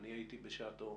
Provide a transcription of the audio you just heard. אני הייתי בשעתו,